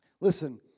Listen